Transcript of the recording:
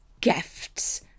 gifts